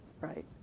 right